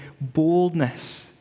boldness